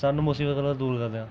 स्हानूं मुसीबत कोला दूर करदे न